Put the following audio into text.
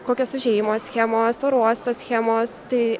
kokios užėjimo schemos oro uosto schemos tai